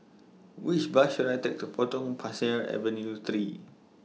Which Bus should I Take to Potong Pasir Avenue three